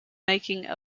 making